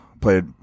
played